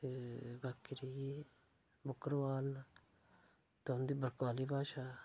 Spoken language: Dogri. ते बाकी रेही गे बक्करबाल तां उं'दी बक्करबाली भाशा